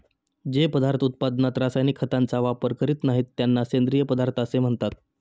जे पदार्थ उत्पादनात रासायनिक खतांचा वापर करीत नाहीत, त्यांना सेंद्रिय पदार्थ असे म्हणतात